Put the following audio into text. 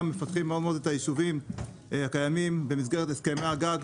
מפתחים מאוד מאוד את היישובים הקיימים במסגרת הסכמי הגג,